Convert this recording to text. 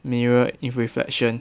mirror if reflection